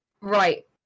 Right